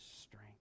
strength